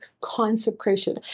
consecration